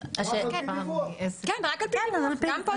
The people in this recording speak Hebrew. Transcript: בסדר.